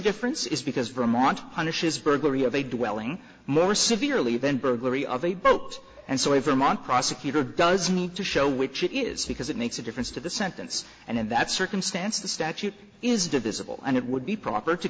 difference is because vermont punishes burglary of a dwelling more severely than burglary of a boat and so every month prosecutor does need to show which it is because it makes a difference to the sentence and in that circumstance the statute is divisible and it would be proper to